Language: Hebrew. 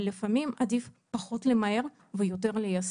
אבל לפעמים עדיף פחות למהר ויותר ליישם.